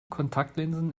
kontaktlinsen